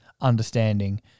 understanding